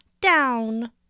down